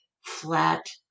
flat